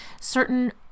Certain